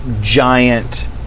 giant